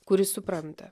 kuris supranta